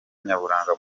nyaburanga